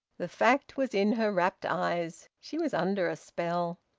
the fact was in her rapt eyes. she was under a spell.